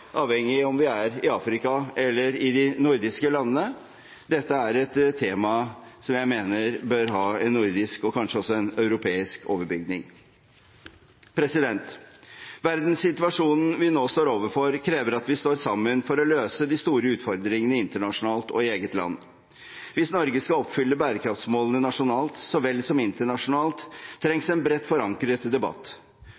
avhengig av om vi er i Afrika eller i de nordiske landene. Dette er et tema som jeg mener bør ha en nordisk og kanskje også en europeisk overbygning. Verdenssituasjonen vi nå står overfor, krever at vi står sammen for å løse de store utfordringene internasjonalt og i eget land. Hvis Norge skal oppfylle bærekraftsmålene nasjonalt så vel som internasjonalt, trengs en bredt forankret debatt. Stortinget både kan og bør legge til rette for en slik debatt,